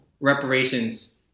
reparations